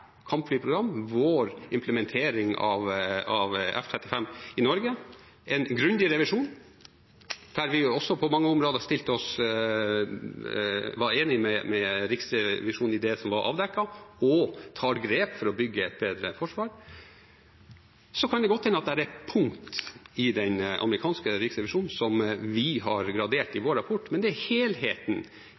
kampflyprogram, vår implementering av F-35 i Norge, en grundig revisjon, der vi også på mange områder var enige med Riksrevisjonen i det som var avdekket, og tar grep for å bygge et bedre forsvar. Så kan det godt hende at det er punkt i den amerikanske riksrevisjonen som vi har gradert i vår rapport, men det er helheten